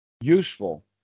useful